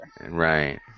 Right